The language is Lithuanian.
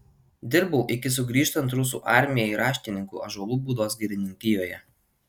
dirbau iki sugrįžtant rusų armijai raštininku ąžuolų būdos girininkijoje